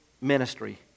ministry